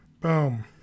Boom